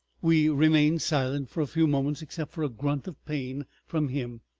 we remained silent for few moments except for a grunt of pain from him.